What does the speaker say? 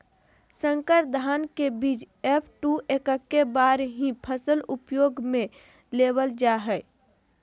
संकर धान के बीज एफ.टू एक्के बार ही फसल उपयोग में लेवल जा हइ